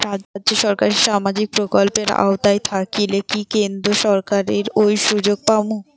রাজ্য সরকারের সামাজিক প্রকল্পের আওতায় থাকিলে কি কেন্দ্র সরকারের ওই সুযোগ পামু?